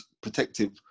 protective